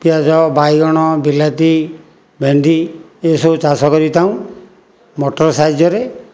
ପିଆଜ ବାଇଗଣ ବିଲାତି ଭେଣ୍ଡି ଏସବୁ ଚାଷ କରିଥାଉଁ ମଟର ସାହାଯ୍ୟରେ